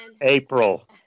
April